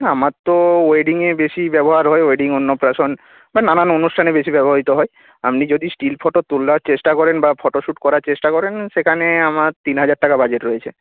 না আমার তো ওয়েডিংয়ে বেশি ব্যবহার হয় ওয়েডিং অন্নপ্রাশন বা নানান অনুষ্ঠানে বেশি ব্যবহৃত হয় আপনি যদি স্টিল ফটো তোলার চেষ্টা করেন বা ফটো শ্যুট করার চেষ্টা করেন সেখানে আমার তিন হাজার টাকা বাজেট রয়েছে